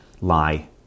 lie